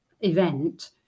event